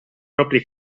proprie